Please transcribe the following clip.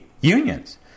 unions